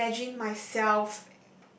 imagine myself